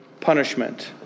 punishment